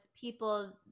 people